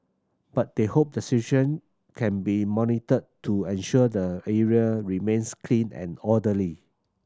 but they hope the situation can be monitored to ensure the area remains clean and orderly